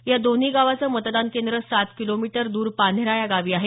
या दोन्ही गावाचं मतदान केंद्र सात किलोमीटर द्र पान्हेरा या गावी आहे